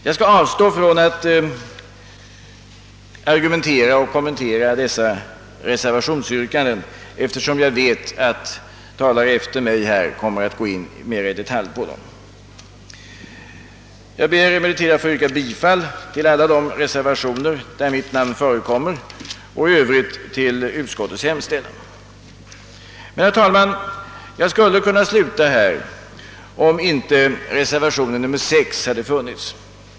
Jag skall avstå från att argumentera för och kommentera dessa reservationsyrkanden, eftersom jag vet att talare efter mig kommer att gå in på dem mera i detalj. Jag ber emellertid att få yrka bifall till alla de reservationer där mitt namn förekommer och i övrigt till utskottets hemställan. Jag skulle, herr talman, kunna sluta här, om inte reservationen nr 6 hade funnits.